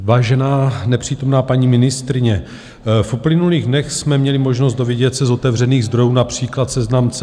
Vážená nepřítomná paní ministryně, v uplynulých dnech jsme měli možnost dovědět se z otevřených zdrojů, například Seznam.cz